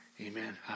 Amen